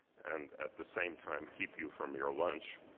and at the same time keep you from your lunch.